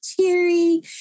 cheery